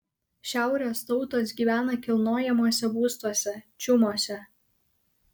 šiaurės tautos gyvena kilnojamuose būstuose čiumuose